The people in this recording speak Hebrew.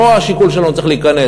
פה השיקול שלנו צריך להיכנס.